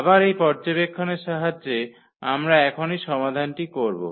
আবার এই পর্যবেক্ষণের সাহায্যে আমরা এখনই সমাধানটি করব